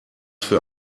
für